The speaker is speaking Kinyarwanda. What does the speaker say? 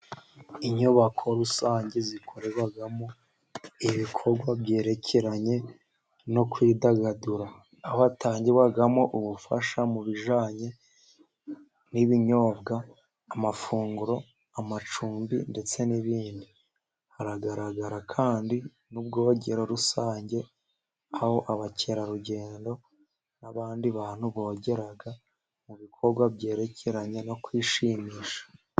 Inyubako rusange zikorerwamo ibikorwa byerekeranye no kwidagadura. Aho hatangirwamo ubufasha mu bijyanye n'ibinyobwa, amafunguro, amacumbi ndetse n'ibindi. Haragaragara kandi n'ubwogero rusange, aho abakerarugendo n'abandi bantu bogera mu bikorwa byerekeranye no kwishimisha.